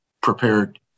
prepared